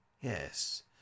yes